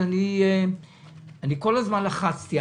כל הזמן לחצתי,